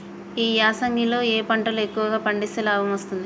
ఈ యాసంగి లో ఏ పంటలు ఎక్కువగా పండిస్తే లాభం వస్తుంది?